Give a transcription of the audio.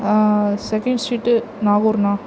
second street நாகூர்ண்ணா